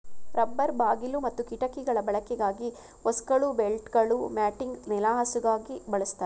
rubber ಬಾಗಿಲು ಮತ್ತು ಕಿಟಕಿಗಳ ಬಳಕೆಗಾಗಿ ಹೋಸ್ಗಳು ಬೆಲ್ಟ್ಗಳು ಮ್ಯಾಟಿಂಗ್ ನೆಲಹಾಸುಗಾಗಿ ಬಳಸ್ತಾರೆ